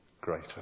greater